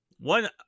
One